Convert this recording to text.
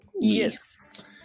Yes